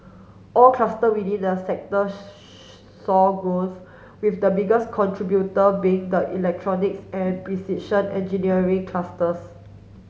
all cluster within the sector saw growth with the biggest contributor being the electronics and precision engineering clusters